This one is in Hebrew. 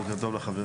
בוקר טוב לחברים,